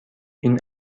این